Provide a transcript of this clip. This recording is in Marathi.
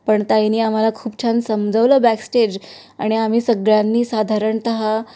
पण ताईंनी आम्हाला खूप छान समजवलं बॅकस्टेज आणि आम्ही सगळ्यांनी साधारणतः